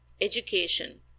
Education